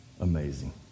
amazing